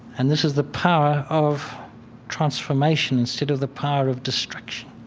and this is the power of transformation instead of the power of destruction